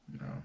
No